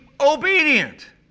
obedient